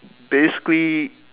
basically